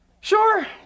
Sure